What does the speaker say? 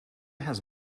has